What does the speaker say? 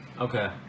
Okay